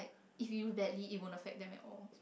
if you badly it won't affect them at all